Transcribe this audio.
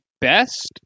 best